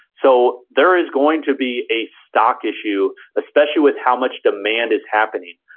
so there is going to be a stock issue, especially with how much demand is happening.